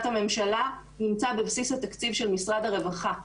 הממשלה נמצא בבסיס התקציב של משרד הרווחה.